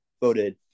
voted